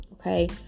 Okay